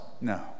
No